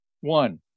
One